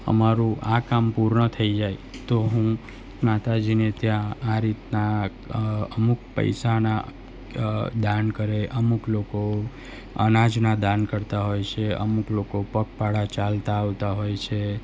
અમારું આ કામ પૂર્ણ થઈ જાય તો હું માતાજીને ત્યાં આ રીતના અમુક પૈસાના દાન કરે અમુક લોકો અનાજના દાન કરતા હોય છે અમુક લોકો પગપાળા ચાલતા આવતા હોય છે